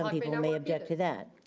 like you know may object to that.